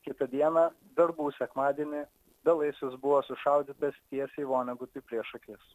kitą dieną verbų sekmadienį belaisvis buvo sušaudytas tiesiai vonegutui prieš akis